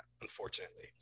unfortunately